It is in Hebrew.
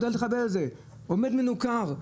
עמד השר מנוכר.